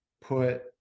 put